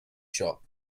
shop